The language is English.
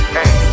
Hey